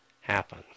happen